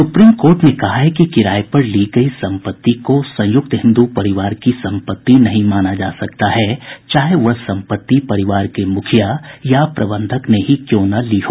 supreme court ने कहा है कि किराये पर ली गयी सम्पत्ति को संयुक्त हिन्दू परिवार की सम्पत्ति नहीं माना जा सकता है चाहे वह सम्पत्ति परिवार के मुखिया या प्रबंधक ने ही क्यों न ली हो